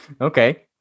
Okay